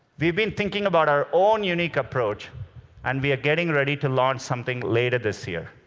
we've been thinking about our own unique approach and we are getting ready to launch something later this year.